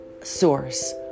source